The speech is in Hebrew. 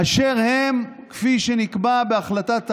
אשר הם, כפי שנקבע בהחלטת הררי,